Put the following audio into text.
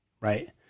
right